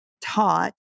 taught